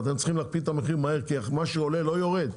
ואתם צריכים להקפיא את המחיר מהר כי מה שעולה לא יורד,